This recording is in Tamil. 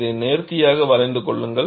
இதை நேர்த்தியாக வரைந்து கொள்ளுங்கள்